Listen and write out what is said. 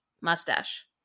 mustache